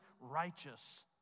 righteous